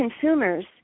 consumers